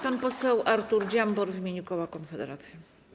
Pan poseł Artur Dziambor w imieniu koła Konfederacja.